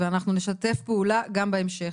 ואנחנו נשתף פעולה גם בהמשך.